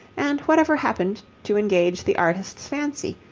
and whatever happened to engage the artist's fancy,